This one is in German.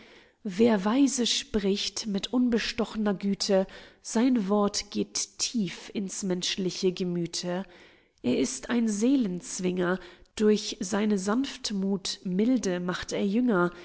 wer weise spricht mit unbestochner güte sein wort geht tief in's menschliche gemüthe er ist ein seelen zwinger durch seine sanftmuth milde macht er jünger